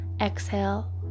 exhale